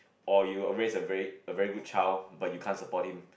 or you raise a very a very good child but you can't support him